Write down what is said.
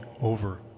over